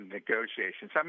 negotiations